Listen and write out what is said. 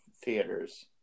theaters